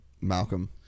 Malcolm